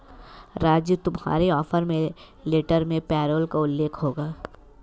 राजू तुम्हारे offer letter में payroll का उल्लेख होगा